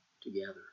together